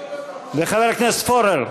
וחבר הכנסת פורר.